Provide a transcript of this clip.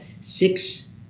six